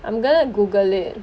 I'm gonna Google it